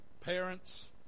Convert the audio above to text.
parents